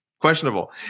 questionable